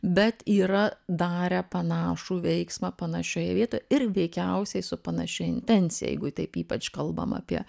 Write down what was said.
bet yra darę panašų veiksmą panašioje vietoje ir veikiausiai su panašia intencija jeigu taip ypač kalbam apie